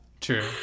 true